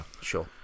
Sure